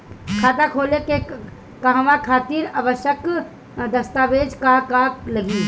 खाता खोले के कहवा खातिर आवश्यक दस्तावेज का का लगी?